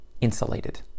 insulated